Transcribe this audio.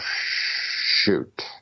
shoot